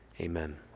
amen